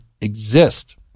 exist